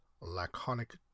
laconic